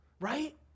Right